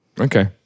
okay